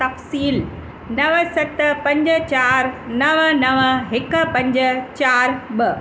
तफ़्सीलु नव सत पंज चारि नव नव हिकु पंज चार ॿ